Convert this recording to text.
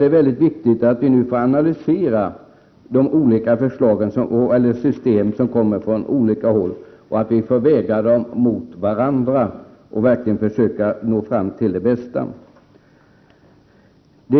Det är viktigt att vi får analysera de olika systemen, väga dem mot varandra och verkligen försöka nå fram till det bästa.